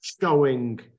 showing